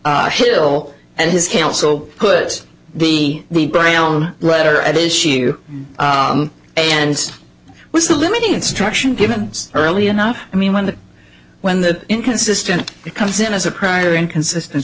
r hill and his counsel could be the brown letter at issue and was the limiting instruction given early enough i mean when the when the inconsistent comes in as a prior inconsistent